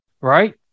Right